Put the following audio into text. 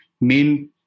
main